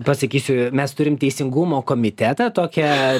pasakysiu mes turim teisingumo komitetą tokia